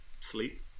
Sleep